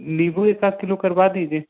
नींबू एक सात किलो करवा दीजिए